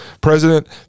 President